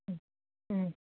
ও ও